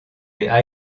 les